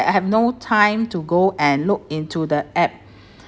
I have no time to go and look into the app